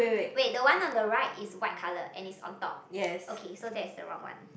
wait the one on the right is white colour and is on top okay so that's the wrong one